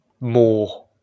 more